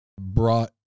brought